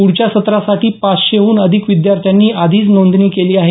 पुढच्या सत्रासाठी पाचशेहून अधिक विद्यार्थ्यांनी आधीच नोंदणी केली आहे